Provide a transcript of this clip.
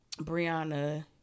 Brianna